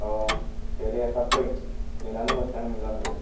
अ' दे दे थाब फै नेना दंगासिनो आं नै लामायावनो